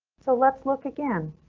so let's look again.